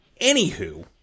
Anywho